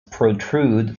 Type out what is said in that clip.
protrude